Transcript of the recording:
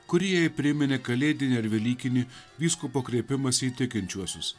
kurie jai priminė kalėdinį ar velykinį vyskupo kreipimąsi į tikinčiuosius